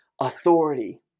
authority